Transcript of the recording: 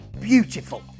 beautiful